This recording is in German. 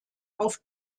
auf